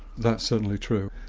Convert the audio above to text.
that's certainly true,